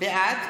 בעד